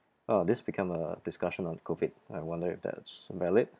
uh this become a discussion on COVID I wonder if that's valid